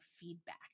feedback